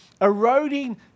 eroding